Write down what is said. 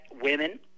women